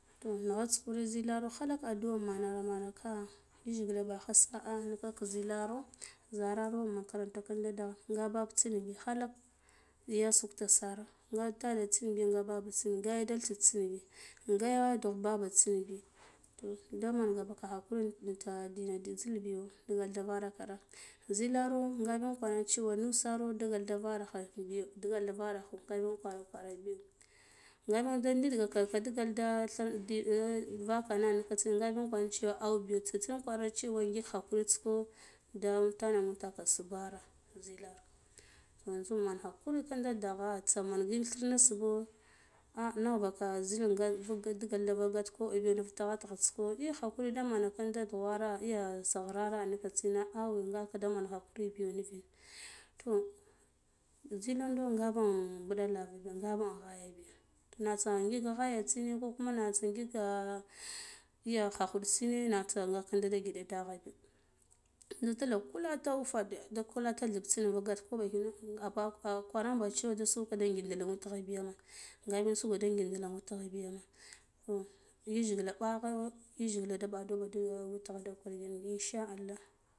To naghats kure zilaro halak addu'a manaka manaka yajgile bakla sa'a nikak zilaro zuraro makaranta kindo daghan nga bba tsin biyo halak ya sukte sir nga itar tsin ba nga baba yi tsin bi nga dugh ba ntsin bi to damangaka ba hakuri inta intina za zil biya dagal to da vurakara to zilaro ngabi kwe cewa nusano digalda varakha biyo digalda varaklo nga kwar biyo nga da ɗidga ka da vakana nikhatsin ngabi kwer cewa aybiyo tsatsin kwi-cewa ngik hakurits kho da umtana umta subhara zilara yanzu manga hakurika kinda daghe tsiman ngik thima subho ah nagh baka zil get vuk digalde gat koɓo biya nuf tighe tighats ko ei hakuri de man vinda dughwara iya ya saghrara nika tsine awe na ngaka demen hakuri biyo nivin to zilando ngabe mbulandu lava biyo nga bin ghaya biya natsa ngik ghaya tsine ko kume na tsa ngiga ya kha kuɗ tsine natsa nga ka da giɗa daghan biya da tilata kulata wufeɗe da kukta dliib tsin wale get koɓono ah kwarabi kwara cewa soke de man ngindila witgha biya nga bi nsukode gindila in witgha biyama toh yijgila bagwe yijgila da badoɓa da witgha da kwa gin in sha allah